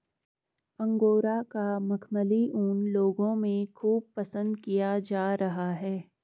angora का मखमली ऊन लोगों में खूब पसंद किया जा रहा है